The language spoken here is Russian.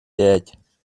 пять